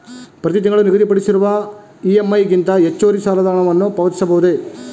ಪ್ರತಿ ತಿಂಗಳು ನಿಗದಿಪಡಿಸಿರುವ ಇ.ಎಂ.ಐ ಗಿಂತ ಹೆಚ್ಚುವರಿ ಸಾಲದ ಹಣವನ್ನು ಪಾವತಿಸಬಹುದೇ?